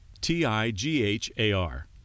T-I-G-H-A-R